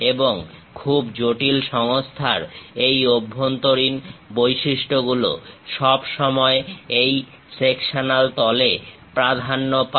এবং খুব জটিল সংস্থার এই অভ্যন্তরীণ বৈশিষ্ট্যগুলো সব সময় এই সেকশনাল তলে প্রাধান্য পায়